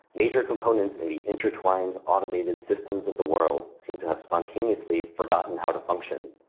major components in the intertwined automated systems of the world seem to have spontaneously forgotten how to function.